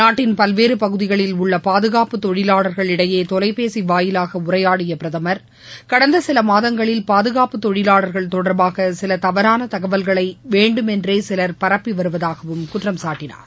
நாட்டின் பல்வேறு பகுதியில் உள்ள பாதுகாப்பு தொழிலாளர்களிடையே தொலைபேசி வாயிலாக உரையாடிய பிரதமர் கடந்த சில மாதங்களில் பாதுகாப்பு தொழிலாளர்கள் தொடர்பாக சில தவறான தகவல்களை வேண்டுமென்றே சிலர் பரப்பி வருவதாகவும் குற்றம் சாட்டினார்